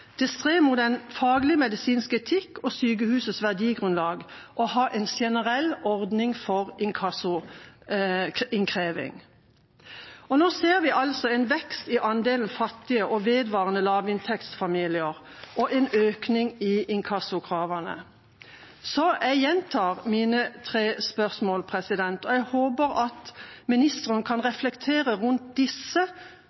det stred mot den faglige medisinske etikk og sykehusets verdigrunnlag å ha en generell ordning for inkassoinnkreving. Nå ser vi altså en vekst i andelen fattige og vedvarende lavinntektsfamilier og en økning i inkassokravene. Så jeg gjentar mine tre spørsmål, og jeg håper at ministeren kan